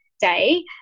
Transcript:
day